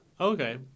Okay